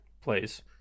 plays